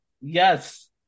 Yes